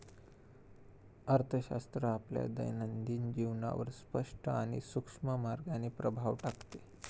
अर्थशास्त्र आपल्या दैनंदिन जीवनावर स्पष्ट आणि सूक्ष्म मार्गाने प्रभाव टाकते